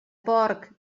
porc